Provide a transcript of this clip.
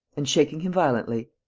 and, shaking him violently,